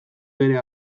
bere